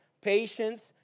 patience